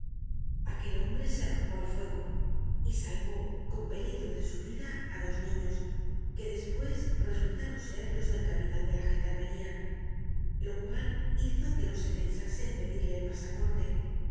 aquel hombre se arrojó al fuego y salvó con peligro de su vida á dos niños que despues resultaron ser los del capitan de la gendarmería lo cual hizo que no se pensase en pedirle el pasaporte